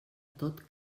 tot